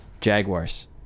Jaguars